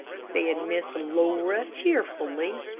said miss laura, cheerfully.